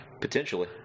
Potentially